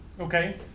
Okay